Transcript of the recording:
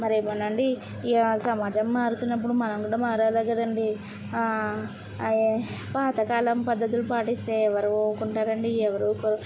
మరి ఏమోనండి సమాజం మారుతున్నప్పుడు మనం కూడా మారాలి కదండీ పాతకాలం పద్ధతులు పాటిస్తే ఎవరు ఊరుకుంటారు అండి ఎవరు ఊరుకోరు